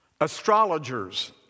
astrologers